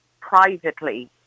privately